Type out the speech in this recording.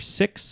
six